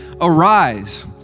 Arise